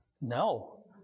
No